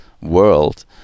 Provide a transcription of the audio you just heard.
world